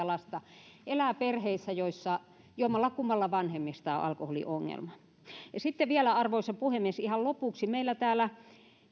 lasta elää perheissä joissa jommallakummalla vanhemmista on alkoholiongelma sitten vielä arvoisa puhemies ihan lopuksi meillä täällä